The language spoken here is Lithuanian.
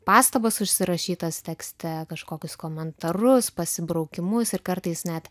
pastabas užsirašytas tekste kažkokius komentarus pasibraukimus ir kartais net